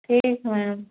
ठीक मैम